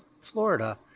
Florida